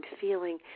feeling